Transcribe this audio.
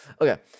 Okay